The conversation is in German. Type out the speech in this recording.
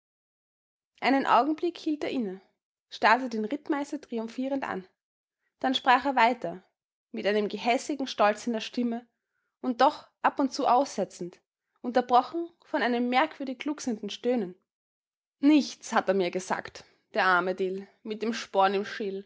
einen augenblick hielt er inne starrte den rittmeister triumphierend an dann sprach er weiter mit einem gehässigen stolz in der stimme und doch ab und zu aussetzend unterbrochen von einem merkwürdig glucksendem stöhnen nichts hat er mehr gesagt der arme dill mit dem sporn